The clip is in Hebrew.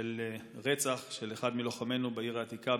של רצח של אחד מלוחמינו בעיר העתיקה,